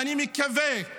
ואני מקווה,